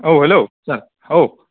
औ hello sir औ